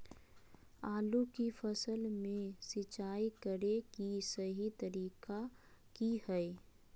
आलू की फसल में सिंचाई करें कि सही तरीका की हय?